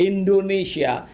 Indonesia